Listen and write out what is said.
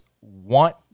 want